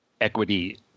equity